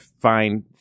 find